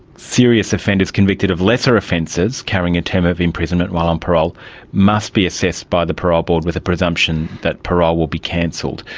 serious offenders convicted of lesser offences carrying a term of imprisonment while on parole must be assessed by the parole board with a presumption that parole will be cancelled.